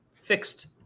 fixed